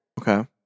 Okay